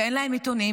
ואין להם עיתונים,